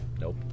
Nope